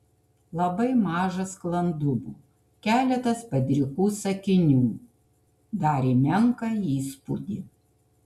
labai maža sklandumo keletas padrikų sakinių darė menką įspūdį